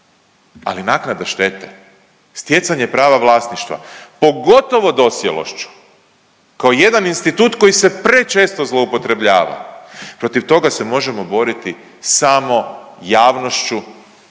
ali naknade štete, stjecanja prava vlasništva pogotovo dosjelošću kao jedan institut koji se prečesto zloupotrebljava. Protiv toga se možemo boriti samo javnošću,